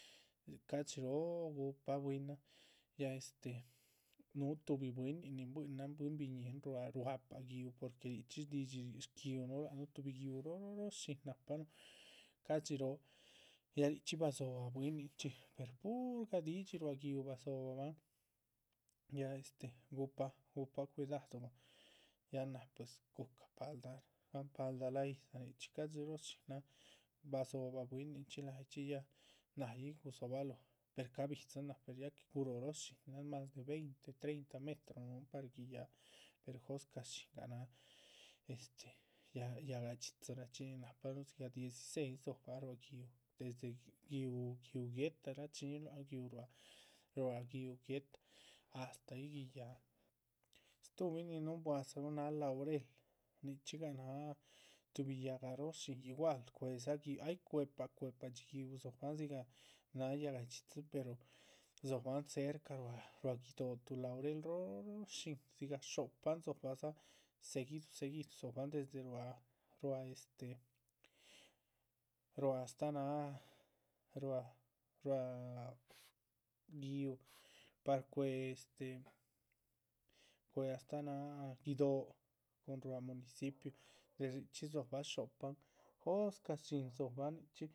Ca´dxi róho guhpa bwínan ya este núhu tuhbi bwínin nin buihuinan buihuin biñíhin ruá ruápah gi´uh, porque richxí shdidxí shgui´uh nuh lac nuh tuhbi. gi´uh róo róo shínan nahpanuh ca´dxi róo, ya richxi badzóhba bwíninchxi per puhur gadidxí ruá gi´uh badzohóba bahn, ya este guhpan guhpan, cuidadubahn. ya náha pues gu´cah paldah gahan paldahlaa yídza nichxí ca´dxi róo shínan badzóhoba bwín nichxí layichxí, ya nah yih gudzohóbaloh pues ca´bidzin náha. ya que guróho róh shínan, más de veinte treinta metro núhun par guiyáha, per jóscah shíhinga náhan este, ya yáhga dxitziraachxí, nin nahpanuh dzigah dzi. dieciseis dzóbah ruá gi´uh desde gi´uh, gi´uh guéhta rachiñíhinuh lac nuh gi´uh, ruá gi´uh guéhta, astáhyi guiyáha, stuhubin nin núhunbua dzanuh. náha laurel, nichxígah náha tuhbi yáhga róho shín igual cuéhdza gi´uh, ay cuepadxí gi´uh dzóhoban dzigah náha yáhga dxitzi pero dzóhoban cerca ruá guido´. tuh laurel róo róo shín dzigah xo´pan dzóhobah seguidu seguidu, dzóhoban desde ruá, ruá este, ruá astáh náha ruá ruá, gi´uh par cuéh este cuéh astáh náha guido´. cun ruá municipio desde richxí rdzobalóhon xo´pan jóscah shín dzohóban nichxín